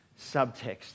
Subtext